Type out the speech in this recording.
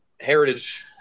heritage